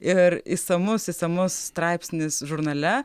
ir išsamus išsamus straipsnis žurnale